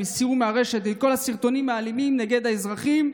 הסירו מהרשת את כל הסרטונים האלימים נגד האזרחים,